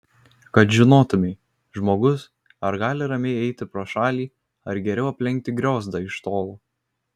kad žinotumei žmogus ar gali ramiai eiti pro šalį ar geriau aplenkti griozdą iš tolo